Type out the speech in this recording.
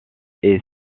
est